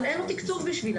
אבל אין לו תקצוב בשבילם,